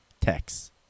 text